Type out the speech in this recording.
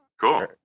Cool